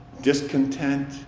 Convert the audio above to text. discontent